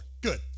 good